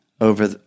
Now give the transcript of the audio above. over